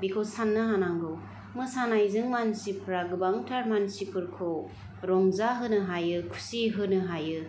बिखौ साननो हानांगौ मोसानायजों मानसिफ्रा गोबांथार मानसिफोरखौ रंजाहोनो हायो खुसि होनो हायो